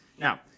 Now